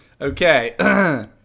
Okay